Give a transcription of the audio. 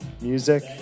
music